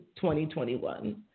2021